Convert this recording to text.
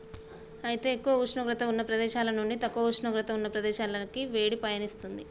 అయితే ఎక్కువ ఉష్ణోగ్రత ఉన్న ప్రదేశాల నుండి తక్కువ ఉష్ణోగ్రత ఉన్న ప్రదేశాలకి వేడి పయనిస్తుంది